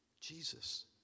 Jesus